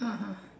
(uh huh)